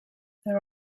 there